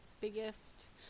biggest